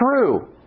true